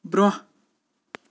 برٛونٛہہ